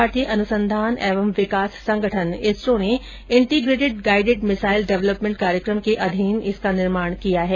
भारतीय अनुसंधान एवं विकास संगठन इसरो ने इंटिग्रेटिड गाइडेड मिसाइल डेवलेपमेंट कार्यक्रम के अधीन इसका निर्माण किया है